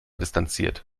distanziert